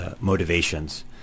motivations